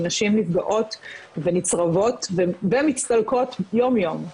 כי נשים נפגעות ונצרבות וברבה מצטלקות יום יום,